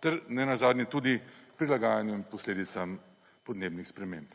ter nenazadnje tudi prilagajanjem posledicam podnebnih sprememb.